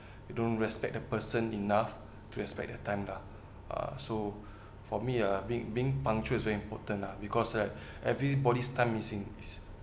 you don't respect the person enough to respect their time lah uh so for me ah being being punctual is very important lah because right everybody's time missing is